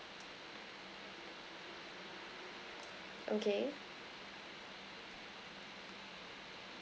okay